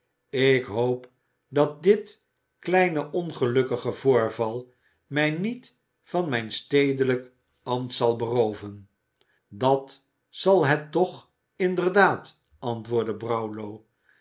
ik hoop dat dit kleine ongelukkige voorval mij niet van mijn stedelijk ambt zal berooven dat zal het toch inderdaad antwoordde brownlow